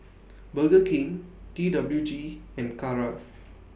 Burger King T W G and Kara